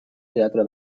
teatre